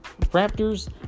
raptors